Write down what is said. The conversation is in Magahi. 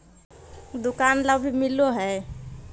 दुकान ला भी मिलहै?